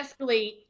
escalate